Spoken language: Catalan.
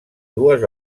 dues